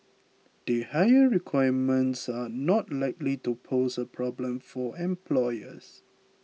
the higher requirements are not likely to pose a problem for employers